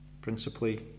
principally